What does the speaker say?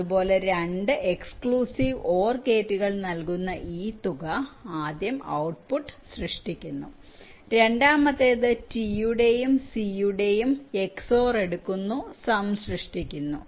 അതുപോലെ 2 exclusive OR ഗേറ്റുകൾ നൽകുന്ന ഈ തുക ആദ്യം ഔട്ട്പുട്ട് t സൃഷ്ടിക്കുന്നു രണ്ടാമത്തേത് ടി യുടെയും സി യുടെയും XOR എടുക്കുന്നു സം സൃഷ്ടിക്കുന്നു